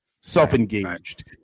self-engaged